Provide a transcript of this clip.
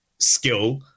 skill